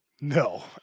No